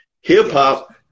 hip-hop